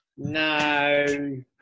No